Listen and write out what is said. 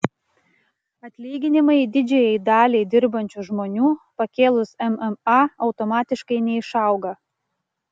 atlyginimai didžiajai daliai dirbančių žmonių pakėlus mma automatiškai neišauga